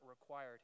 required